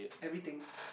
everything